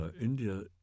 India